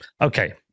okay